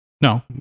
No